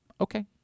Okay